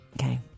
Okay